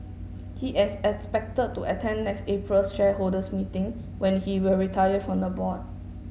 he is expected to attend next April's shareholders meeting when he will retire from the board